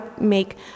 make